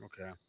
Okay